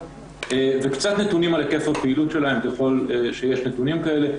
ומעט נתונים על היקף הפעילות שלהם ככל שיש נתונים כאלה.